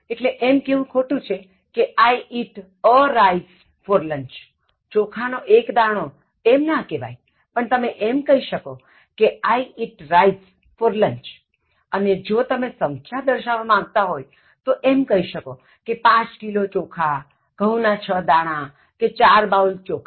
એટલેએમ કહેવું ખોટું છે કે I eat a rice for lunch ચોખા નો એક દાણો એમ ન કહેવાય પણ તમે એમ કહી શકો કે I eat rice for lunchઅને જો તમે સંખ્યા દર્શાવવા માગતા હોય તો એમ કહી શકો કે પાંચ કિલો ચોખાઘઉં ના છ દાણા કે ચાર બાઉલ ચોખા